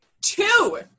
Two